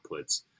outputs